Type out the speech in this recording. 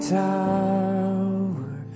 tower